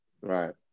Right